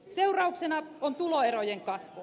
seurauksena on tuloerojen kasvu